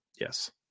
Yes